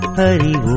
hari